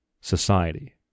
society